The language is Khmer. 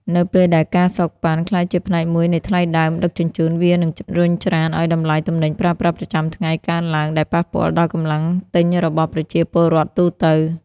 នៅពេលដែល ការសូកប៉ាន់ ក្លាយជាផ្នែកមួយនៃថ្លៃដើមដឹកជញ្ជូន វានឹងរុញច្រានឱ្យតម្លៃទំនិញប្រើប្រាស់ប្រចាំថ្ងៃកើនឡើង ដែលប៉ះពាល់ដល់កម្លាំងទិញរបស់ប្រជាពលរដ្ឋទូទៅ។